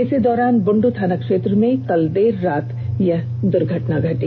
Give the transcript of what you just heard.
इसी दौरान बुंडू थाना क्षेत्र में कल देर रात यह दुर्घटना घटी